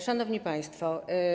Szanowni Państwo!